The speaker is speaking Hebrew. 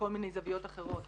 מכל מיני זוויות אחרות